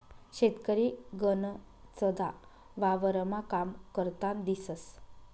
शेतकरी गनचदा वावरमा काम करतान दिसंस